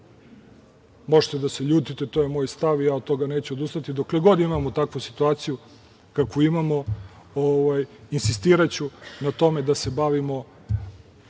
Možete da se ljutite, to je moj stav i ja od toga neću odustati. Dokle god imamo takvu situaciju kakvu imamo, insistiraću na tome da se bavimo